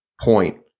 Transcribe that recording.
point